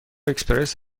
اکسپرس